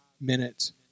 Minutes